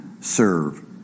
serve